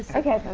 so okay, then.